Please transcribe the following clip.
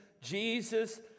Jesus